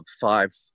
five